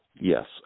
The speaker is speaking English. Yes